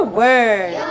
word